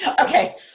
okay